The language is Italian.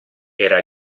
era